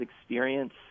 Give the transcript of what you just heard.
experience